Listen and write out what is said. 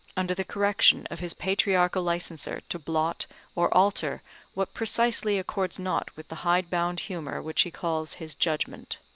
under the correction of his patriarchal licenser to blot or alter what precisely accords not with the hidebound humour which he calls his judgment?